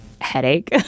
Headache